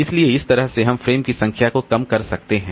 इसलिए इस तरह हम फ्रेम की संख्या को कम कर सकते हैं